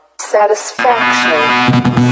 satisfaction